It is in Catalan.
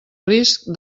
risc